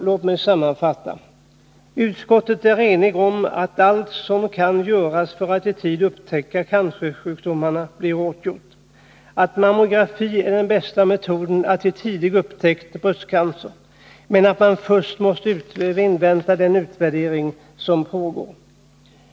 Låt mig sammanfatta: Utskottet är enigt om att allt som kan göras för att i tid upptäcka cancersjukdomar skall bli gjort, att mammografin är den bästa metoden att i tid upptäcka bröstcancer, men att man måste invänta den utvärdering som pågår innan allmänna undersökningar införs.